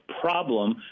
problem